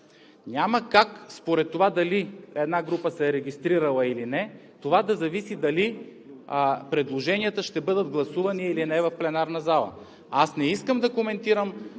Няма как от това дали една група се е регистрирала или не да зависи дали предложенията ще бъдат гласувани или не в пленарната зала. Аз не искам да коментирам